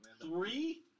Three